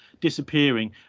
disappearing